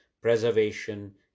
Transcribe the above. preservation